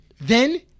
Then-